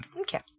Okay